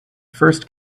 first